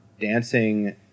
dancing